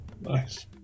Nice